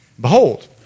Behold